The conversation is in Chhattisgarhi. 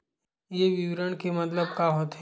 ये विवरण के मतलब का होथे?